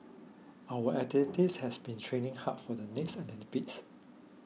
our athletes have been training hard for the next Olympics